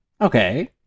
Okay